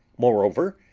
moreover,